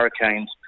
Hurricanes